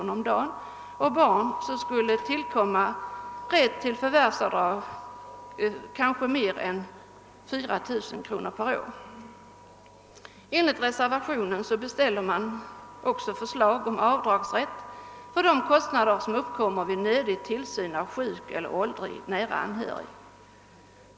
per dag och barn som kan utgå skulle det föreligga rätt till förvärvsavdrag med kanske mer än 4 000 kr. per år. Enligt reservationen beställs också förslag om avdragsrätt för de kostnader som uppkommer vid nödvändig tillsyn av sjuk eller åldrig nära anhörig.